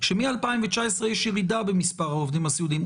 שמ-2019 יש ירידה במספר העובדים הסיעודיים,